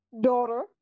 daughter